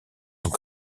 sont